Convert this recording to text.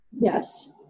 Yes